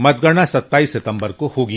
मतगणना सत्ताईस सितम्बर को होगी